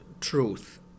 truth